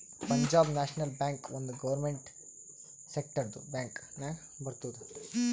Punjab national bank ಒಂದ್ government ಸೆಕ್ಟರ್ದು bank ನಾಗ್ ಬರ್ತುದ್